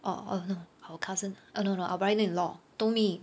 orh uh no our cousin err no no our brother-in-law told me